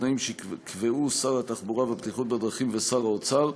בתנאים שיקבעו שר התחבורה והבטיחות בדרכים ושר האוצר,